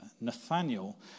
Nathaniel